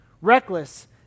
Reckless